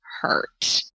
hurt